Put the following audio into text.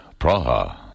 Praha